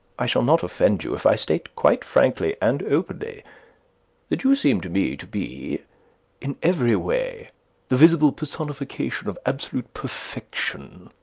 i shall not offend you if i state quite frankly and openly that you seem to me to be in every way the visible personification of absolute perfection.